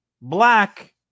Black